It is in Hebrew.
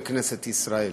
לכנסת ישראל?